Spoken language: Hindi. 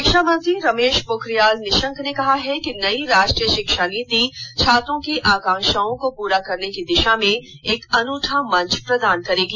शिक्षा मंत्री रमेश पोखरियाल निशंक ने कहा है कि नई राष्ट्रीय शिक्षा नीति छात्रों की आकांक्षाओं को पूरा करने की दिशा में एक अनूठा मंच प्रदान करेगी